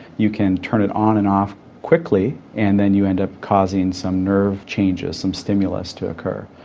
you can turn it on and off quickly and then you end up causing some nerve changes, some stimulus to occur.